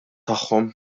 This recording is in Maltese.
tagħhom